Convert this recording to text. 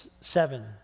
Seven